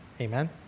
Amen